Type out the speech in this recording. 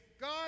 God